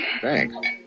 Thanks